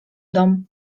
dom